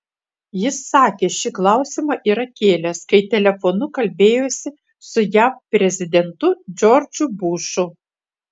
jis sakė šį klausimą yra kėlęs kai telefonu kalbėjosi su jav prezidentu džordžu bušu